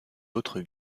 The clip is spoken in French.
autre